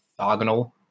orthogonal